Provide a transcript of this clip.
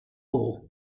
all